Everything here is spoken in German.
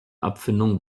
abfindung